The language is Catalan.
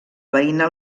veïna